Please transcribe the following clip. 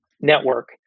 network